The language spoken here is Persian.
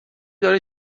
داره